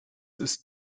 ist